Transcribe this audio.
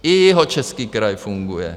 I Jihočeský kraj funguje.